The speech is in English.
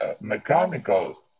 mechanical